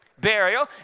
burial